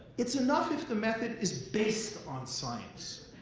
it's enough if the method is based on science,